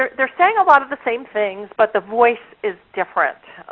they're saying a lot of the same things, but the voice is different.